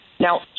Now